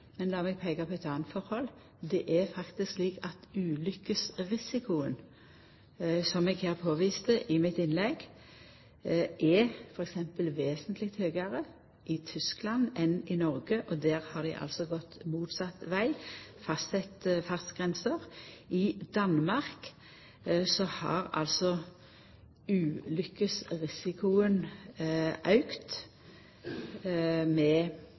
Men lat meg peika på eit anna forhold. Det er faktisk slik at ulykkesrisikoen, som eg påviste i mitt innlegg, f.eks. er vesentleg høgare i Tyskland enn i Noreg, og der har dei altså gått motsett veg, dei har fastsett fartsgrenser. I Danmark har